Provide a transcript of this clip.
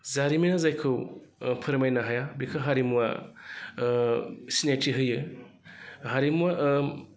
जारिमिना जायखौ फोरमायनो हाया बेखौ हारिमुआ सिनायथि होयो हारिमुआ